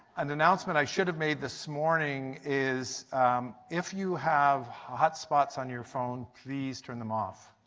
and announcement i should've made this morning, is if you have hotspots on your phone, please turn them off.